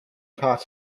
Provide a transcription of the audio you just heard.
part